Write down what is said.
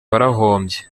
warahombye